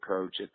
Coach